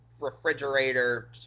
refrigerator